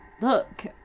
Look